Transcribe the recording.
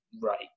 right